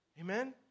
Amen